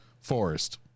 Forest